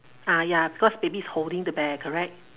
ah ya because baby is holding the bear correct